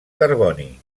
carboni